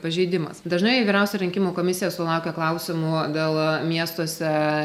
pažeidimas dažnai vyriausioji rinkimų komisija sulaukia klausimų dėl miestuose